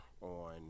on